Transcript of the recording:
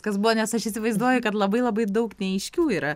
kas buvo nes aš įsivaizduoju kad labai labai daug neaiškių yra